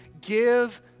give